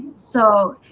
so,